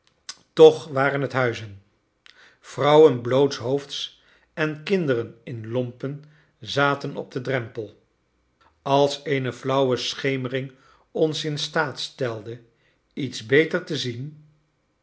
toch waren het huizen vrouwen blootshoofds en kinderen in lompen zaten op den drempel als eene flauwe schemering ons in staat stelde iets beter te zien